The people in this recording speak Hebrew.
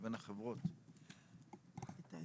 תהיה